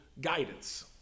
guidance